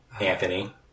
Anthony